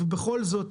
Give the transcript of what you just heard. אבל בכל זאת,